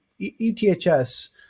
ETHS